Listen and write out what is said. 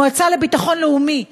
המועצה לביטחון לאומי,